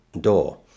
door